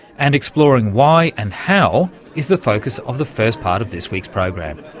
and exploring why and how is the focus of the first part of this week's program.